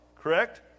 correct